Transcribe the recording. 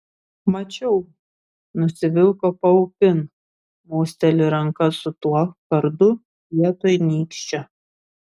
mačiau nusivilko paupin mosteli ranka su tuo kardu vietoj nykščio